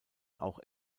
auch